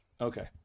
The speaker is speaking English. Okay